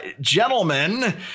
Gentlemen